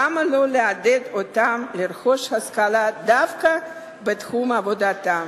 למה לא לעודד אותם לרכוש השכלה דווקא בתחום עבודתם?